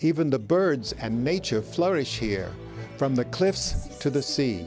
even the birds and nature flourish here from the cliffs to the